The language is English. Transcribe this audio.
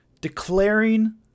declaring